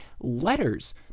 letters